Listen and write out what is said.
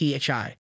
PHI